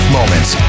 moments